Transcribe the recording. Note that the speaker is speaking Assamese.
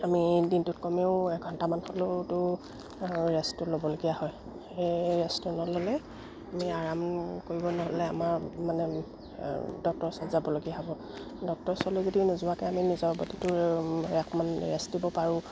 আমি দিনটোত কমেও এঘণ্টামান হ'লেওতো ৰেষ্টটো ল'বলগীয়া হয় সেই ৰেষ্টটো নল'লে আমি আৰাম কৰিব নহ'লে আমাৰ মানে ডক্তৰৰ ওচৰত যাবলগীয়া হ'ব ডক্তৰৰ ওচৰলৈ যদি নোযোৱাকৈ আমি নিজৰ বডিটোৰ অকণমান ৰেষ্ট দিব পাৰোঁ